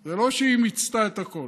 זה לא שהיא מיצתה את הכול.